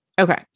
Okay